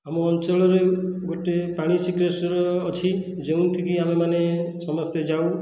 ଆମ ଅଞ୍ଚଳରେ ଗୋଟେ ପାଣି ସିକେଶ୍ଵର ଅଛି ଯେଉଁଠିକି ଆମେମାନେ ସମସ୍ତେ ଯାଉ